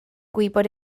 gwybod